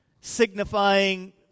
signifying